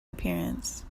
appearance